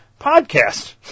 podcast